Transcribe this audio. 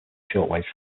shortwave